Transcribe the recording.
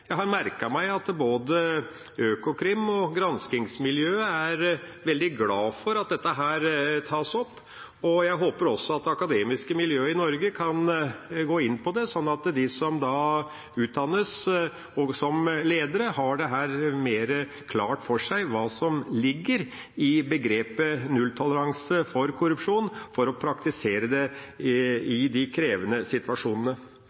Jeg har merket meg at både Økokrim og granskingsmiljøet er veldig glad for at dette tas opp, og jeg håper også at det akademiske miljøet i Norge kan gå inn på det, sånn at de som utdannes også som ledere, har mer klart for seg hva som ligger i begrepet nulltoleranse for korrupsjon, for å praktisere det i de krevende situasjonene.